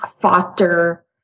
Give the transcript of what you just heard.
foster